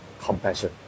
compassion